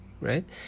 right